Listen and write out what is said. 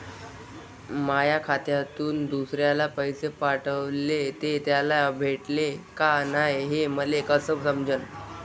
माया खात्यातून दुसऱ्याले पैसे पाठवले, ते त्याले भेटले का नाय हे मले कस समजन?